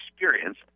experience